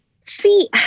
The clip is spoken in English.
See